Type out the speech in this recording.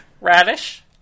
Radish